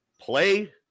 play